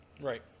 Right